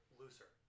looser